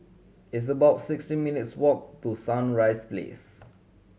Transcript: it's about sixteen minutes' walk to Sunrise Place